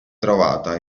trovata